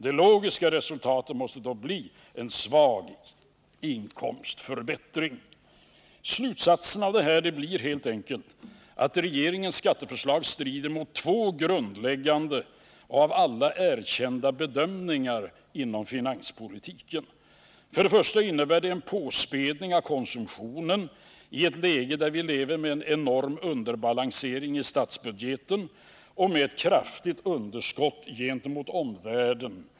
Det logiska resultatet måste då bli en svag inkomstförbättring. Slutsatsen av detta blir helt enkelt att regeringens skatteförslag strider mot två grundläggande och av alla erkända bedömningar inom finanspolitiken. För det första innebär det en påspädning av konsumtionen i ett läge där vi lever med en enorm underbalansering av statsbudgeten och ett kraftigt underskott gentemot omvärlden.